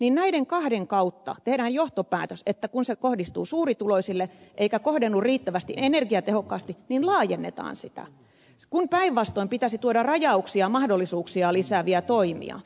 näiden kahden kautta tehdään sitten johtopäätös että kun se kohdistuu suurituloisille eikä kohdennu riittävän energiatehokkaasti niin laajennetaan sitä kun päinvastoin pitäisi tuoda rajauksia ja mahdollisuuksia lisääviä toimia